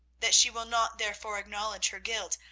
that she will not therefore acknowledge her guilt,